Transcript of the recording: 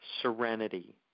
serenity